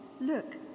look